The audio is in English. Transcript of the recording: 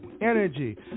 energy